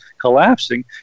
collapsing